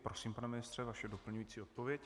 Prosím, pane ministře, vaše doplňující odpověď.